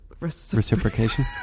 reciprocation